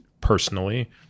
personally